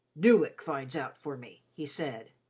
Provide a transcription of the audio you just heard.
newick finds out for me, he said,